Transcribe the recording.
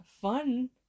fun